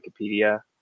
Wikipedia